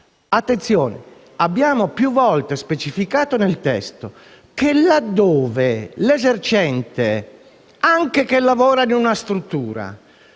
testo abbiamo più volte specificato che laddove l'esercente, anche se lavora in una struttura,